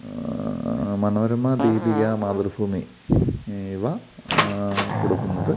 മനോരമ ദീപിക മാതൃഭൂമി ഇവ കൊടുക്കുന്നത്